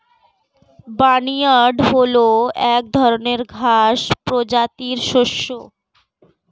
barnyard হল এক ধরনের ঘাস প্রজাতির শস্য